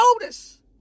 notice